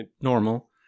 normal